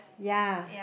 yea